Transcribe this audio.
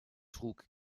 trug